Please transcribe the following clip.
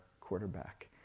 quarterback